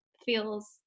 feels